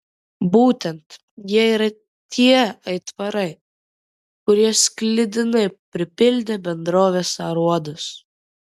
būtent jie yra tie aitvarai kurie sklidinai pripildė bendrovės aruodus